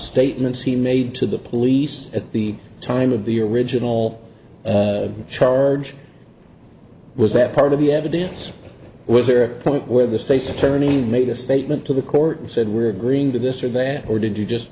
statements he made to the police at the time of the original charge was that part of the evidence was there a point where the state's attorney made a statement to the court and said we're agreeing to this or that or did you just